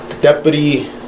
Deputy